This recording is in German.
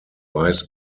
weiß